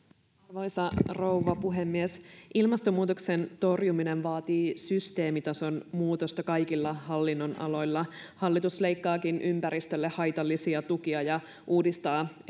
arvoisa rouva puhemies ilmastonmuutoksen torjuminen vaatii systeemitason muutosta kaikilla hallinnonaloilla hallitus leikkaakin ympäristölle haitallisia tukia ja uudistaa